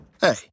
Hey